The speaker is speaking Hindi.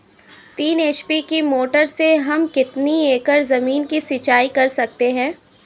तीन एच.पी की मोटर से हम कितनी एकड़ ज़मीन की सिंचाई कर सकते हैं?